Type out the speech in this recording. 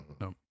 No